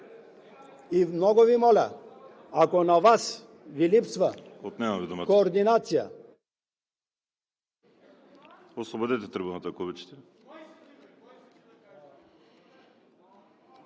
Много Ви моля, ако на Вас Ви липсва координация…